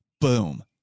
Boom